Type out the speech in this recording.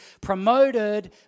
promoted